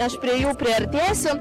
aš prie jų priartėsiu